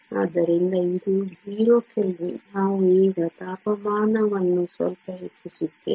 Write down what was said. ಆದ್ದರಿಂದ ಇದು 0 ಕೆಲ್ವಿನ್ ನಾವು ಈಗ ತಾಪಮಾನವನ್ನು ಸ್ವಲ್ಪ ಹೆಚ್ಚಿಸುತ್ತೇವೆ